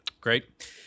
Great